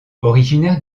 originaire